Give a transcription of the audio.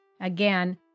Again